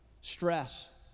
stress